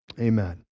Amen